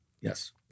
Yes